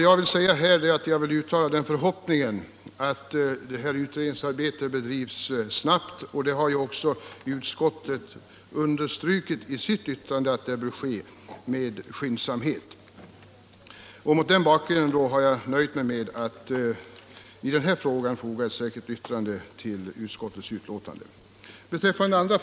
Jag hoppas att utredningsarbetet bedrivs snabbt, och utskottet har också understrukit önskvärdheten därav. Mot den bakgrunden har jag nöjt mig med att foga ett särskilt yttrande vid betänkandet.